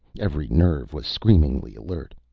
every nerve was screamingly alert.